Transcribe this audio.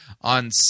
on